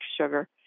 sugar